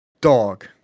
dog